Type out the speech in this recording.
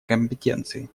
компетенции